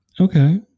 Okay